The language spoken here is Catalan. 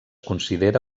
considera